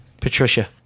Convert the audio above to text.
Patricia